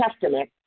Testament